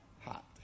hot